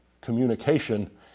communication